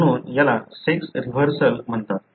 म्हणून याला sex reversal म्हणतात